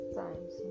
times